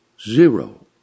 Zero